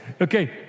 Okay